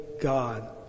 God